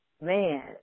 man